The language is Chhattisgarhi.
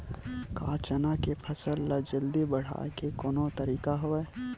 का चना के फसल ल जल्दी बढ़ाये के कोनो तरीका हवय?